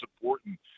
important